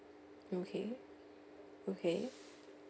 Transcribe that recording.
okay okay